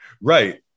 Right